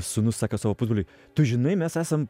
sūnus saka savo pusbroliui tu žinai mes esam